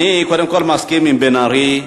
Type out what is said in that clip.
קודם כול אני מסכים עם בן-ארי: